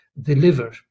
deliver